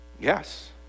Yes